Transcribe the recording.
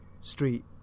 Street